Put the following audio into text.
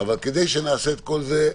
כדי שנעשה את כל זה,